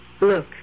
Look